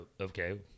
okay